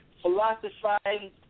philosophizing